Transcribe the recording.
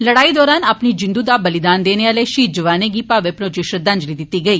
लड़ाई दौरान अपनी जिंदू दा बलिदान देने आले शहीद जवानें गी भाव भरोची श्रद्दांजलि गेई